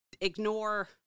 ignore